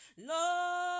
Lord